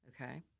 Okay